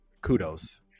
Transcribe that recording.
kudos